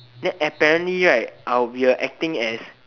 then apparently right I'll be acting as